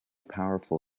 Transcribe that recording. powerful